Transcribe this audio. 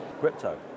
Crypto